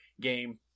game